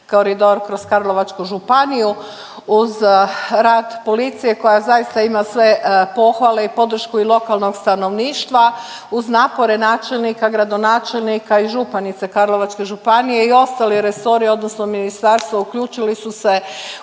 koridor, kroz Karlovačku županiju. Uz rad policije koja zaista ima sve pohvale i podršku i lokalnog stanovništva, uz napore načelnika, gradonačelnika i županice Karlovačke županije i ostali resori odnosno ministarstva uključili su se